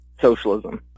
socialism